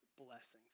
blessings